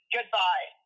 Goodbye